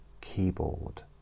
keyboard